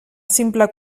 simple